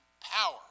power